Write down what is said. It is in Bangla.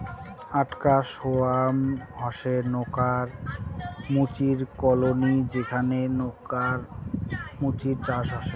আকটা সোয়ার্ম হসে নেকার মুচির কলোনি যেখানে নেকার মুচির চাষ হসে